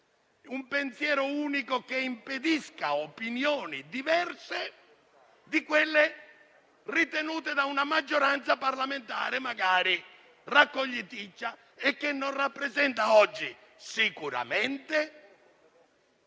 un pensiero unico che impedisca opinioni diverse da quelle di una maggioranza parlamentare, magari raccogliticcia e che non rappresenta oggi sicuramente